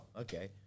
okay